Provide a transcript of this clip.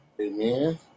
Amen